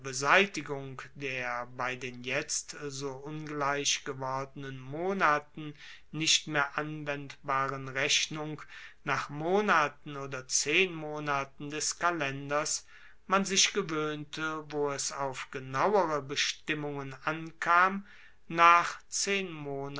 beseitigung der bei den jetzt so ungleich gewordenen monaten nicht mehr anwendbaren rechnung nach monaten oder zehnmonaten des kalenders man sich gewoehnte wo es auf genauere bestimmungen ankam nach